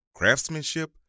Craftsmanship